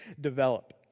develop